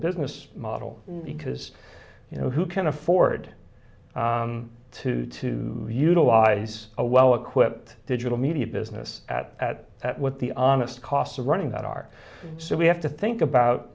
business model because you know who can afford to to utilize a well equipped digital media business at at at what the honest cost of running that are so we have to think